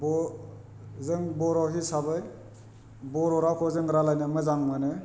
ब' जों बर' हिसाबै बर' रावखौ जों रायज्लायनो मोजां मोनो